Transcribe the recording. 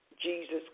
Jesus